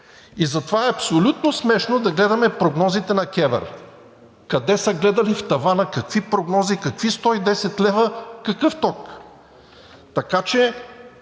Затова е абсолютно смешно да гледаме прогнозите на КЕВР. Къде са гледали в тавана, какви прогнози, какви 110 лв., какъв ток?! Така че